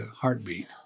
heartbeat